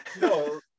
No